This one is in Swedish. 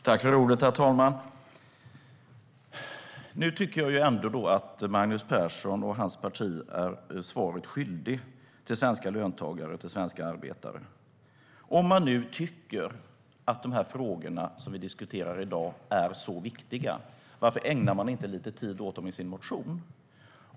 Herr talman! Nu tycker jag att Magnus Persson och hans parti är svenska löntagare och arbetare svaret skyldig. Om man nu tycker att de här frågorna som vi diskuterar i dag är så viktiga, varför ägnar man inte lite tid åt dem i sin motion?